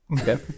Okay